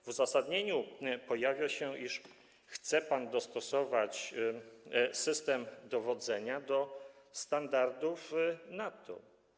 W uzasadnieniu pojawia się, iż chce pan dostosować system dowodzenia do standardów NATO.